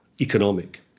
economic